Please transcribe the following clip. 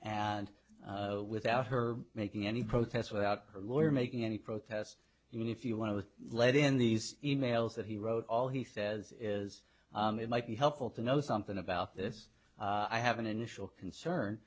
and without her making any protests without her lawyer making any protest you know if you want to lead in these e mails that he wrote all he says is it might be helpful to know something about this i have an initial concern